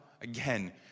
Again